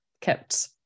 kept